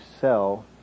sell